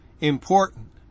important